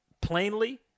plainly